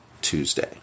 Tuesday